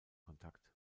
kontakt